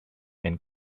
and